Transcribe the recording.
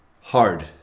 hard